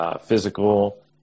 Physical